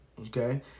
okay